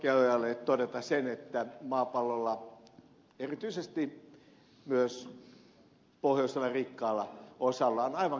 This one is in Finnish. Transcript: korkeaojalle todeta sen että maapallolla erityisesti myös pohjoisella rikkaalla osalla on aivan kylliksi aseita